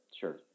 sure